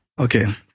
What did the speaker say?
Okay